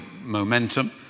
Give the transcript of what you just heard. momentum